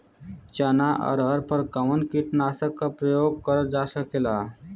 चना अरहर पर कवन कीटनाशक क प्रयोग कर जा सकेला?